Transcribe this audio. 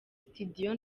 studio